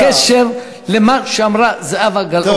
אין שום קשר למה שאמרה זהבה גלאון.